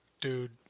dude